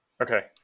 okay